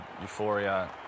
euphoria